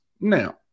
now